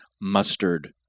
mustard